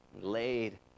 laid